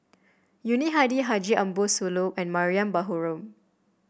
Yuni Hadi Haji Ambo Sooloh and Mariam Baharom